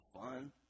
fun